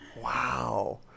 wow